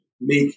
make